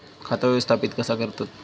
खाता व्यवस्थापित कसा करतत?